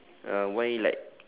uh why like